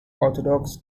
orthodox